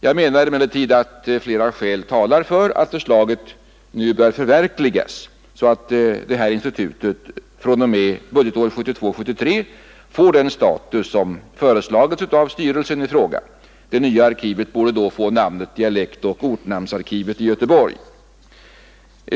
Jag menar emellertid att flera skäl talar för att förslaget nu bör förverkligas så att detta institut från och med budgetåret 1972/73 får den status som föreslagits av styrelsen i fråga. Det nya arkivet borde då få namnet dialektoch ortnamnsarkivet i Göteborg.